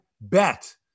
bet